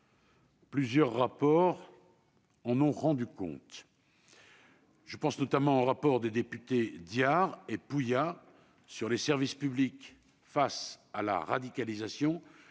Plusieurs rapports en ont rendu compte. Je pense au rapport d'information des députés Diard et Poulliat sur les services publics face à la radicalisation,